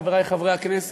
חברי חברי הכנסת,